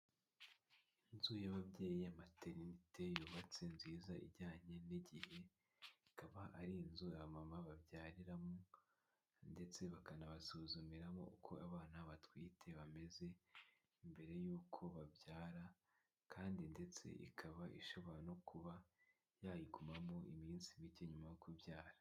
Inzu y'ababyeyi materinete yubatse nziza ijyanye n'igihe ikaba ari inzu aba mama babyariramo ndetse bakanabasuzumiramo uko abana batwite bameze mbere y'uko babyara kandi ndetse ikaba ishobora kuba yayigumamo iminsi mike nyuma yo kubyara.